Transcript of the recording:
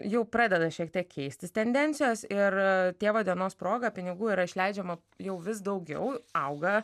jau pradeda šiek tiek keistis tendencijas ir tėvo dienos proga pinigų yra išleidžiama jau vis daugiau auga